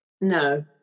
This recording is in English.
no